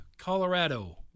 Colorado